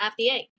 FDA